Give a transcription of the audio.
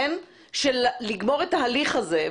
של לגמור את ההליך הזה,